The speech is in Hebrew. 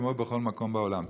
כמו בכל מקום בעולם.